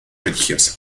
religiosa